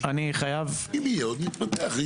מתוך בערך למעלה מ-200,000 עולים כלומר אנו נמצאים